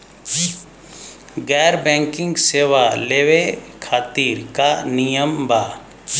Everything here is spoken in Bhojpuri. गैर बैंकिंग सेवा लेवे खातिर का नियम बा?